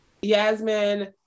Yasmin